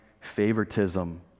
favoritism